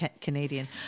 Canadian